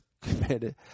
committed